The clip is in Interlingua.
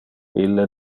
ille